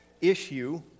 issue